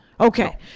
Okay